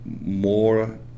more